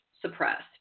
suppressed